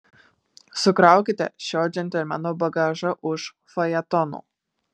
sukraukite šio džentelmeno bagažą už fajetono